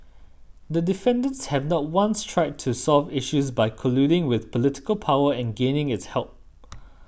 the defendants have not once tried to solve issues by colluding with political power and gaining its help